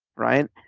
right?